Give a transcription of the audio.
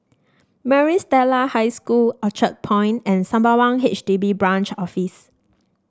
Maris Stella High School Orchard Point and Sembawang H D B Branch Office